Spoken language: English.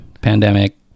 pandemic